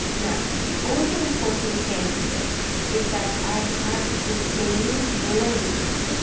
now, the only important thing here is that i have the same length,